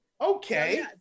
Okay